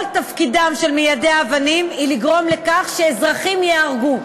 כל תפקידם של מיידי האבנים הוא לגרום לכך שאזרחים ייהרגו.